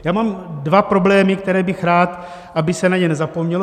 Já mám dva problémy, které bych rád, aby se na ně nezapomnělo.